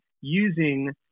using